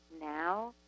now